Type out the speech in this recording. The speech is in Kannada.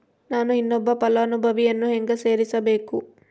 ನಾನು ಇನ್ನೊಬ್ಬ ಫಲಾನುಭವಿಯನ್ನು ಹೆಂಗ ಸೇರಿಸಬೇಕು?